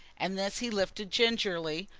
and this he lifted gingerly,